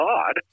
God